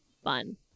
fun